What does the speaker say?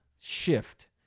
shift